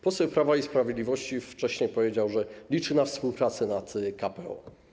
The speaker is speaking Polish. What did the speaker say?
Poseł Prawa i Sprawiedliwości wcześniej powiedział, że liczy na współpracę nad KPO.